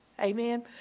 Amen